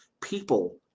People